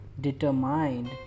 determined